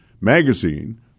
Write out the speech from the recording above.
Magazine